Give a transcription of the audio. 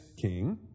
king